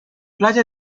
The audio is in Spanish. playa